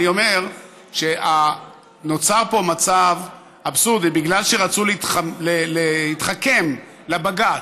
אני אומר שנוצר פה מצב אבסורדי בגלל שרצו להתחכם לבג"ץ.